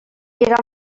mirar